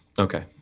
Okay